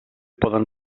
poden